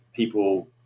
people